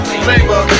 flavor